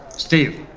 steve,